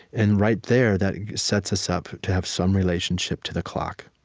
and right there, that set so us up to have some relationship to the clock.